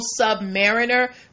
Submariner